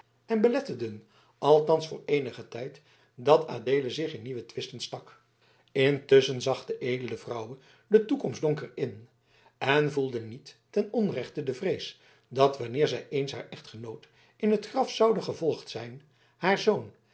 en beletteden althans voor eenigen tijd dat adeelen zich in nieuwe twisten stak intusschen zag de edele vrouw de toekomst donker in en voedde niet ten onrechte de vrees dat wanneer zij eens haar echtgenoot in het graf zoude gevolgd zijn haar zoon